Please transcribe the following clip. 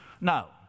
Now